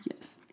Yes